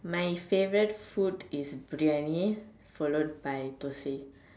my favorite food is Biryani followed by dosai